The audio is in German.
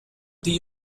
die